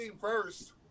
first